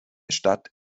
stadt